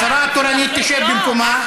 השרה התורנית תשב במקומה.